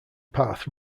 path